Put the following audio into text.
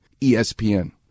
ESPN